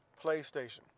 playstation